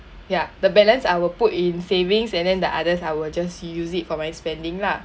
ya the balance I will put in savings and then the others I will just use it for my spending lah